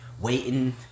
waiting